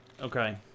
okay